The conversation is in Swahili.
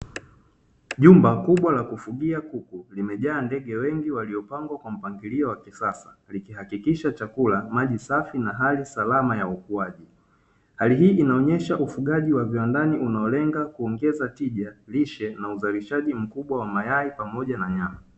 Jumba kubwa la kufugia kuku limejaa ndege wengi waliopangwa kwa mpangilio wa kisasa, likihakikisha chakula, maji safi na hali salama ya ukuaji. Hali hii inaonyesha ufugaji wa viwandani unaolenga kuongeza tija, lishe na uzalishaji mkubwa wa mayai pamoja na nyama.